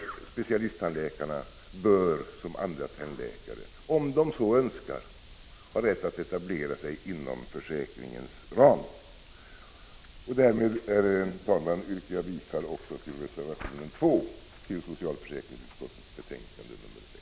Specialisttandläkare bör som andra tandläkare om de så önskar ha rätt att etablera sig inom försäkringens ram. Därmed, herr talman, yrkar jag bifall också till reservation 3 till socialförsäkringsutskottets betänkande 6.